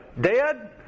dead